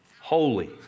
holy